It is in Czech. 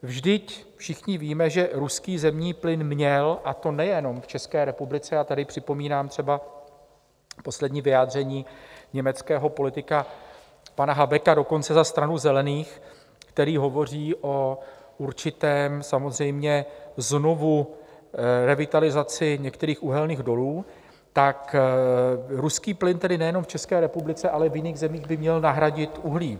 Vždyť všichni víme, že ruský zemní plyn měl, a to nejenom v České republice a tady připomínám třeba poslední vyjádření německého politika pana Habecka, dokonce za stranu Zelených, který hovoří o určité samozřejmě znovu revitalizaci některých uhelných dolů tak ruský plyn tedy nejen v České republice, ale i v jiných zemích by mělo nahradit uhlí.